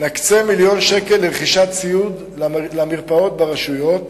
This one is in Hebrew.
נקצה מיליון שקל לרכישת ציוד למרפאות ברשויות